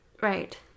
Right